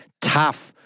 tough